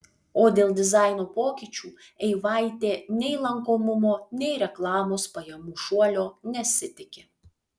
o dėl dizaino pokyčių eivaitė nei lankomumo nei reklamos pajamų šuolio nesitiki